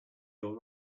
your